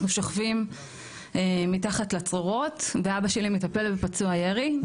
שוכבים מתחת לצרורות ואבא שלי מטפל בפצוע ירי.